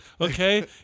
okay